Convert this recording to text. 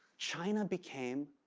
china became.